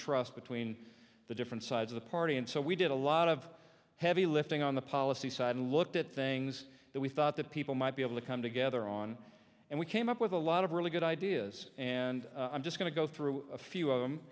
trust between the different sides of the party and so we did a lot of heavy lifting on the policy side and looked at things that we thought that people might be able to come together on and we came up with a lot of really good ideas and i'm just going to go through a few of them